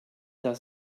das